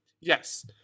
Yes